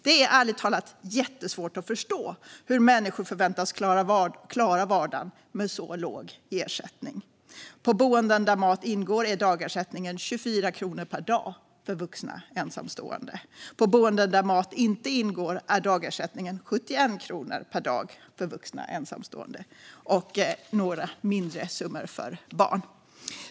Det är ärligt talat jättesvårt att förstå att människor förväntas klara vardagen med så låg ersättning. På boenden där mat ingår är dagersättningen 24 kronor per dag för vuxna ensamstående. På boenden där mat inte ingår är dagersättningen 71 kronor per dag för vuxna ensamstående och några mindre summor för barn.